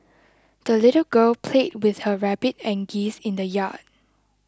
the little girl played with her rabbit and geese in the yard